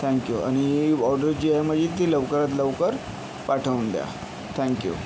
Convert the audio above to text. thank you आणि order जी आहे माझी ती लवकरात लवकर पाठवून द्या थँक्यू